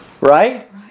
Right